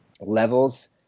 levels